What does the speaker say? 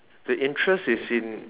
the interest is in